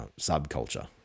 subculture